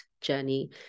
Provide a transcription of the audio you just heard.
journey